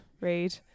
Read